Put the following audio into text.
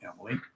Emily